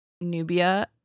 Nubia